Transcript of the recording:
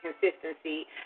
consistency